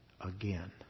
again